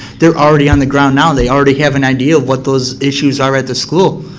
they're already on the ground now. they already have an idea of what those issues are at the school.